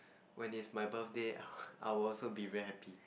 when it's my birthday I will also be very happy